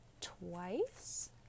twice